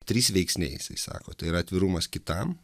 trys veiksniai jisai sako tai yra atvirumas kitam